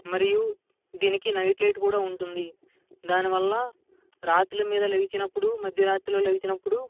మరియు దీనికి night light కూడా ఉంటుంది దాని వలన రాత్రిళ్లు మీరు లేచినప్పుడు మధ్య రాత్రిలో లేచినప్పుడు